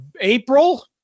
April